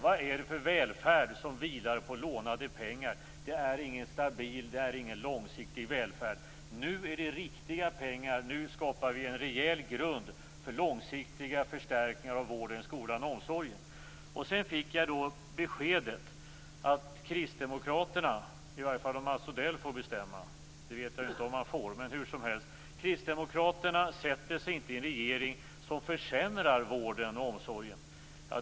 Vad är det för välfärd som vilar på lånade pengar? Det är ingen stabil, ingen långsiktig välfärd. Nu är det riktiga pengar, nu skapar vi en rejäl grund för långsiktiga förstärkningar av vård, skola och omsorg. Jag fick beskedet att kristdemokraterna, i varje fall om Mats Odell får bestämma - det vet jag inte om han får - inte sätter sig i en regering som försämrar vården och omsorgen.